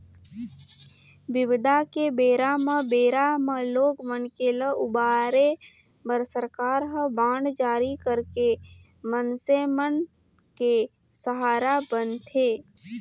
बिबदा के बेरा म बेरा म लोग मन के ल उबारे बर सरकार ह बांड जारी करके मइनसे मन के सहारा बनथे